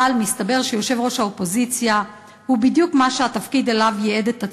אבל מסתבר שיושב-ראש האופוזיציה הוא בדיוק התפקיד שאליו ייעד את עצמו.